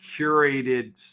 curated